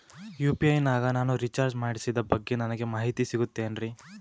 UPI ನಾಗ ನಾನು recharge ಮಾಡಿಸಿದ ಬಗ್ಗೆ ನನಗೆ ಮಾಹಿತಿ ಸಿಗುತೇನ್ರೀ?